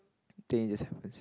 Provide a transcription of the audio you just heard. think it just happens